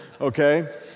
Okay